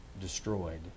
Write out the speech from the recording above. destroyed